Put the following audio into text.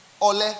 ole